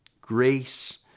grace